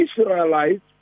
Israelites